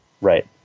Right